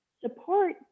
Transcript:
support